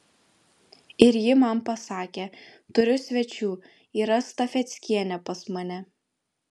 ir ji man pasakė turiu svečių yra stafeckienė pas mane